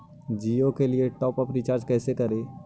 जियो के लिए top up recharge कैसे करी?